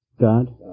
God